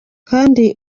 kandi